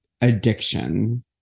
addiction